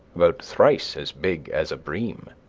about thrice as big as a bream.